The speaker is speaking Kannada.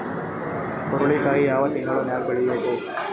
ಹುರುಳಿಕಾಳು ಯಾವ ತಿಂಗಳು ನ್ಯಾಗ್ ಬೆಳಿಬೇಕು?